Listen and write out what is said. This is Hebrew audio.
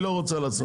היא לא רוצה לעשות.